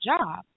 job